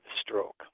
stroke